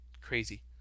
crazy